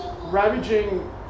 ravaging